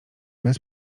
bez